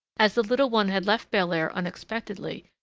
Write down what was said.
as the little one had left belair unexpectedly,